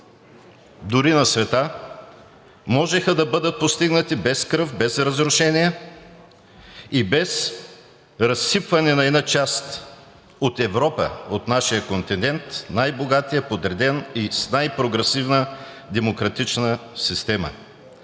дори на света, можеха да бъдат постигнати без кръв, без разрушения и без разсипване на една част от нашия континент Европа – най-богатият, подреден и с най-прогресивна демократична система.